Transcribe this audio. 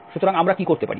সুতরাং আমরা কি করতে পারি